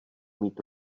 mít